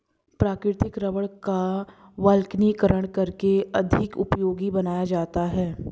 प्राकृतिक रबड़ का वल्कनीकरण करके अधिक उपयोगी बनाया जाता है